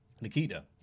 Nikita